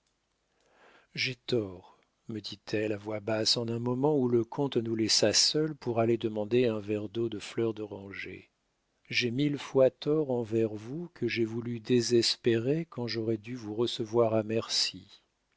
j'ai tort me dit-elle à voix basse en un moment où le comte nous laissa seuls pour aller demander un verre d'eau de fleurs d'oranger j'ai mille fois tort envers vous que j'ai voulu désespérer quand j'aurais dû vous recevoir à merci